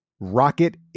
Rocket